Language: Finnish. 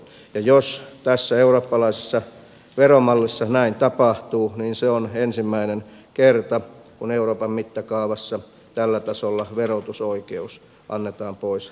jos tässä eurooppalaisessa veromallissa näin tapahtuu niin se on ensimmäinen kerta kun euroopan mittakaavassa tällä tasolla verotusoikeus annetaan pois kansallisvaltiosta